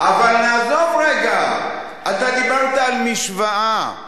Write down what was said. אתה דיברת על משוואה.